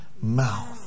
mouth